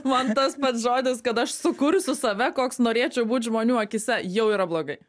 man tas pats žodis kad aš sukursiu save koks norėčiau būt žmonių akyse jau yra blogai